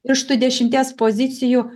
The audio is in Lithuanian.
iš tų dešimties pozicijų